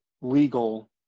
legal